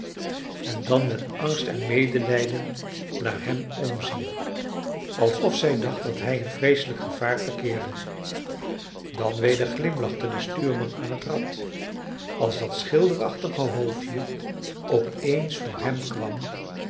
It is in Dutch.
en dan met angst en medelijden naar hem omzien alsof zij dacht dat hij in vreeselijk gevaar verkeerde dan weder glimlachte de stuurman aan het rad als dat schilderachtige hoofdje op eens voor hem kwam